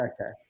Okay